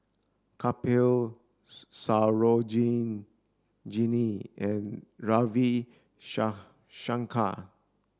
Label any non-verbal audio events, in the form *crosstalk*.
Kapil *unintelligible* and Ravi *unintelligible* Shankar